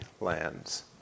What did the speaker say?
lands